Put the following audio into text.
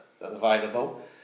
available